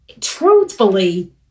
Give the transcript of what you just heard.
truthfully